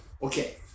Okay